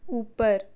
ऊपर